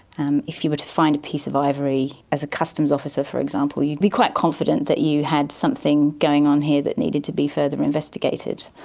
and if you were to find a piece of ivory as a customs officer for example be quite confident that you had something going on here that needed to be further investigated.